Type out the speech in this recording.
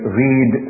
read